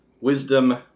wisdom